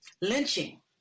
lynching